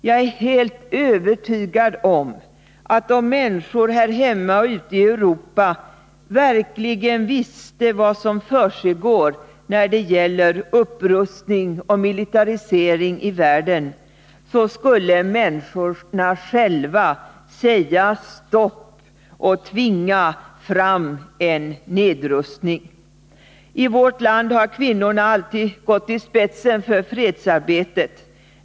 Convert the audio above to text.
Jag är helt övertygad om att om människor här hemma och ute i Europa verkligen visste vad som försiggår när det gäller upprustning och militarisering i världen skulle människorna själva säga stopp och tvinga fram en nedrustning. I vårt land har kvinnorna alltid gått i spetsen för fredsarbetet.